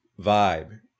vibe